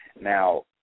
Now